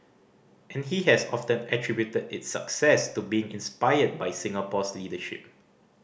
and he has often attributed its success to being inspired by Singapore's leadership